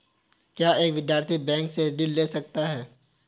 क्या एक विद्यार्थी बैंक से ऋण ले सकता है?